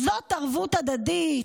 זאת ערבות הדדית?